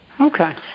Okay